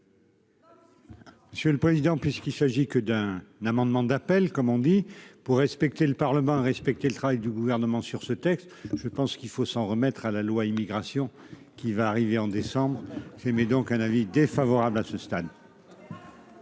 Monsieur le président, puisqu'il s'agit que d'un amendement d'appel comme on dit, pour respecter le Parlement, à respecter le travail du gouvernement sur ce texte, je pense qu'il faut s'en remettre à la loi immigration qui va arriver en décembre j'mais donc un avis défavorable à ce stade.